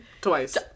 twice